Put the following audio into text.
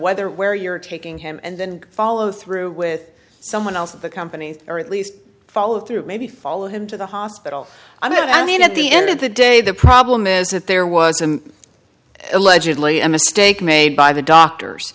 whether where you're taking him and follow through with someone else of the company or at least follow through maybe follow him to the hospital on it and then at the end of the day the problem is that there was an allegedly a mistake made by the doctors